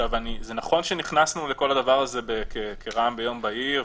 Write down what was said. זה נכון שנכנסנו לכל הדבר הזה כרעם ביום בהיר,